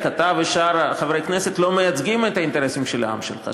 אתה ושאר חברי הכנסת לא מייצגים את האינטרסים של העם שלך.